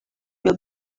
will